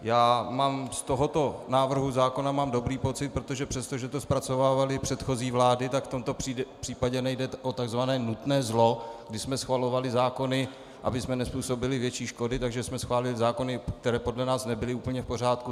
Já mám z tohoto návrhu zákona dobrý pocit, protože přesto, že to zpracovávaly předchozí vlády, tak v tomto případě nejde o tzv. nutné zlo, když jsme schvalovali zákony, abychom nezpůsobili větší škody, takže jsme schválili zákony, které podle nás nebyly úplně v pořádku.